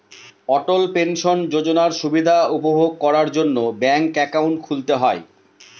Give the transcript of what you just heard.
অটল pension যোজনার সুবিধা উপভোগ করার জন্য ব্যাঙ্ক একাউন্ট খুলতে হয়